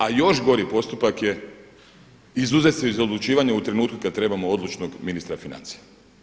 A još gori postupak je izuzet se iz odlučivanja u trenutku kada trebamo odlučnog ministra financija.